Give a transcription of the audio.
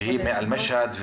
היא מאל-משהאד,